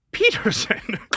Peterson